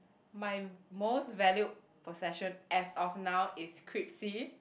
my most valued possession as of now is Kripsy